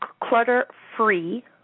clutter-free